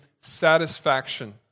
satisfaction